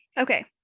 Okay